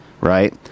right